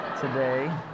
today